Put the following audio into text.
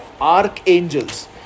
archangels